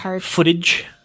footage